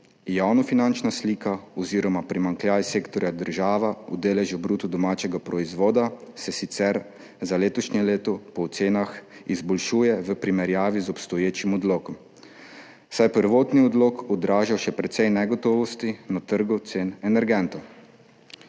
Javnofinančna slika oziroma primanjkljaj sektorja država v deležu bruto domačega proizvoda se sicer za letošnje leto po ocenah izboljšuje v primerjavi z obstoječim odlokom, saj prvotni odlok odraža še precej negotovosti na trgu cen energentov.